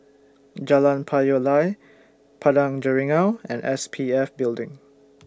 Jalan Payoh Lai Padang Jeringau and S P F Building